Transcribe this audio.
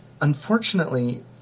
Unfortunately